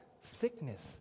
sickness